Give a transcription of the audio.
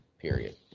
period